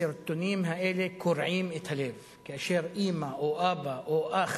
הסרטונים האלה קורעים את הלב, כאשר אמא, אבא או אח